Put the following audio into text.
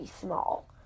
small